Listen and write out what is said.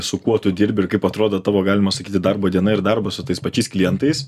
su kuo tu dirbi ir kaip atrodo tavo galima sakyti darbo diena ir darbas su tais pačiais klientais